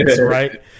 right